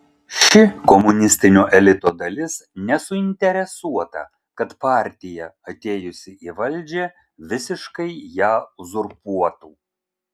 ši komunistinio elito dalis nesuinteresuota kad partija atėjusi į valdžią visiškai ją uzurpuotų